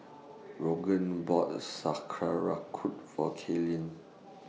Rodger bought Sauerkraut For Kaylen